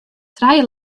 trije